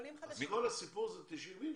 מכל הסיפור, אלה 60 אנשים?